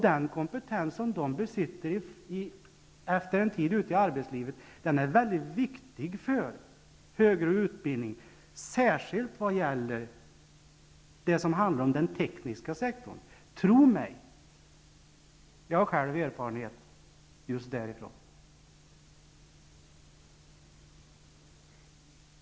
Den kompetens som man efter en tid i arbetslivet besitter är väldigt viktig för högre utbildning, särskilt i vad gäller den tekniska sektorn. Tro mig, jag har själv erfarenhet just därifrån.